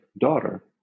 daughter